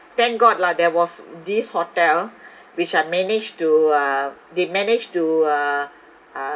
thank god lah there was this hotel which I managed to uh they managed to uh uh